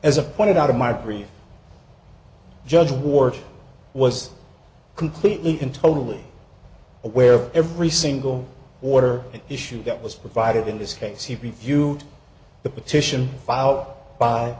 as a pointed out of my previous judge bork was completely and totally aware of every single order issue that was provided in this case he preview the petition filed by